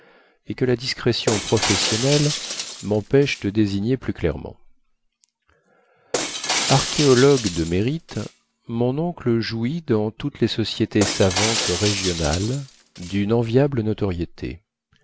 et que la discrétion professionnelle mempêche de désigner plus clairement archéologue de mérite mon oncle jouit dans toutes les sociétés savantes régionales dune enviable notoriété